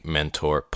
Mentor